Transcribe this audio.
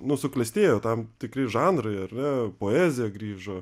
nu suklestėjo tam tikri žanrai ar ne poezija grįžo